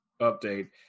update